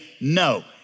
no